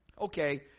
okay